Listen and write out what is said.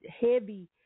heavy